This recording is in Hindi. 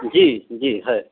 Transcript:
जी जी है